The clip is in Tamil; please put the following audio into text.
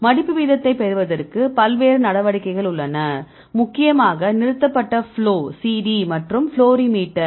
மடிப்பு வீதத்தைப் பெறுவதற்கு பல்வேறு நடவடிக்கைகள் உள்ளன முக்கியமாக நிறுத்தப்பட்ட ஃப்ளோ CD மற்றும் ஃப்ளோரிமீட்டரி